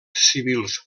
civils